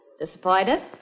Disappointed